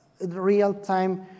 real-time